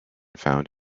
found